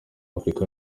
afurika